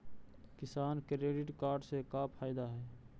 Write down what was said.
किसान credit card से का फायदा है?